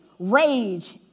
rage